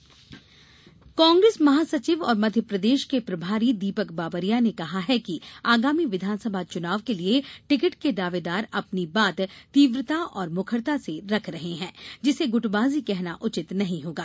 बावरिया गुटबाजी कांग्रेस महासचिव और मध्यप्रदेश के प्रभारी दीपक बावरिया ने कहा है कि आगामी विधानसभा चुनाव के लिये टिकट के दावेदार अपनी बात तीव्रता और मुखरता से रख रहे हैं जिसे गुटबाजी कहना उचित नहीं होगा